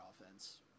offense